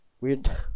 Weird